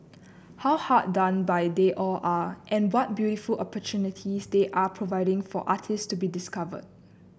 how hard done by they all are and what beautiful opportunities they're providing for artists to be discovered